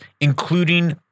including